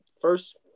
First